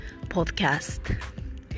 podcast